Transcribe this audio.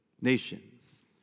nations